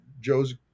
Joe's